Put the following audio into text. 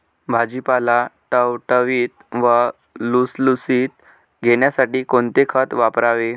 भाजीपाला टवटवीत व लुसलुशीत येण्यासाठी कोणते खत वापरावे?